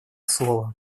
слово